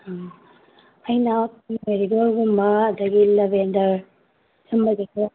ꯑꯥ ꯑꯩꯅ ꯃꯦꯔꯤꯒꯣꯜꯒꯨꯝꯕ ꯑꯗꯒꯤ ꯂꯥꯕꯦꯟꯗꯔ ꯁꯨꯝꯕꯗꯁꯨ